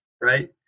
right